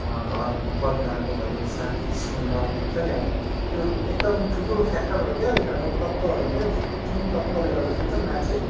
घरको परिवारको भयो साथी सङ्गत भन्छ नि अब यो एकदम ठुल्ठुलो फ्याक्टरहरू क्या इनीहरू चाहिँ तत्त्वहरू हो क्या जुन तत्त्वले गर्दा चाहिँ के हुन्छ मान्छे